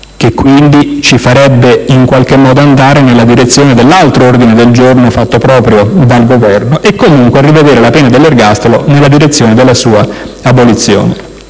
che quindi ci farebbe in qualche modo andare nella direzione dell'altro ordine del giorno fatto proprio dal Governo, e comunque a rivedere la pena dell'ergastolo nella direzione della sua abolizione.